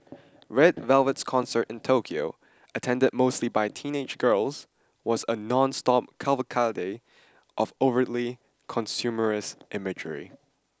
Red Velvet's concert in Tokyo attended mostly by teenage girls was a nonstop cavalcade of overtly consumerist imagery